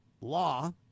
law